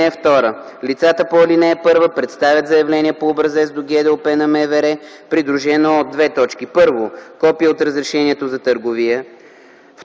Лицата по ал. 1 представят заявление по образец до ГДОП на МВР, придружено от: 1. копие от разрешението за търговия;